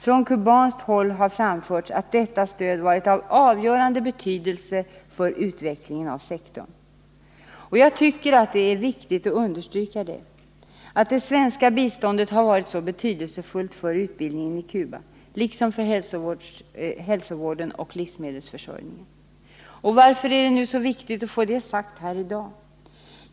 Från cubanskt håll har framförts att detta stöd har varit av avgörande betydelse för utvecklingen av sektorn.” Jag tycker det är viktigt att understryka detta, att det svenska biståndet varit så betydelsefullt för utbildningen i Cuba, liksom för hälsovården och livsmedelsförsörjningen. Varför är det nu så viktigt att få det sagt här i dag?